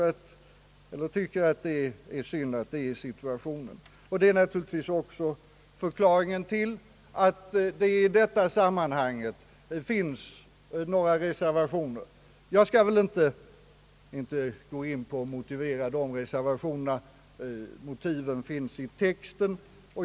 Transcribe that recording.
Det är synd att situationen är denna. Det är naturligtvis också förklaringen till att det i detta sammanhang finns några reservationer. Jag skall inte här gå in på att motivera reservationerna; motiven finns i texten.